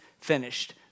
finished